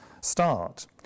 start